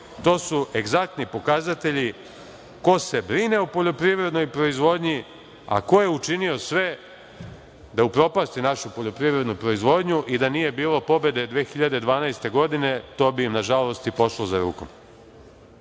to su egzaktni pokazatelji ko se brine o poljoprivrednoj proizvodnji, a ko je učinio sve da upropasti našu poljoprivrednu proizvodnju. Da nije bilo pobede 2012. godine, to bi nažalost i pošlo za rukom.